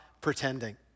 pretending